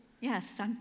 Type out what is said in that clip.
Yes